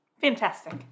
Fantastic